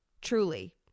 Truly